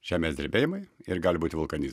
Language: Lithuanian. žemės drebėjimai ir gali būti vulkaniz